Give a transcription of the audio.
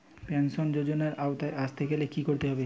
Pension যজোনার আওতায় আসতে গেলে কি করতে হবে?